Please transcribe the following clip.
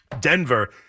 Denver